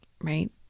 right